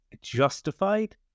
justified